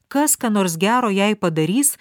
kas ką nors gero jai padarys